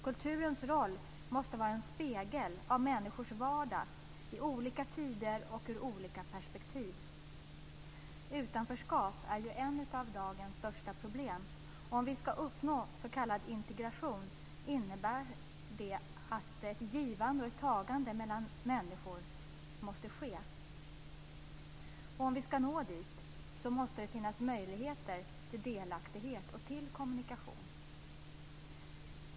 Kulturens roll måste vara att spegla människors vardag i lika tider och ur olika perspektiv. Utanförskap är ett av dagens största problem. Om vi ska uppnå s.k. integration innebär det att ett givande och tagande mellan människor måste ske. Ska vi nå dit måste det finnas möjligheter till delaktighet och kommunikation.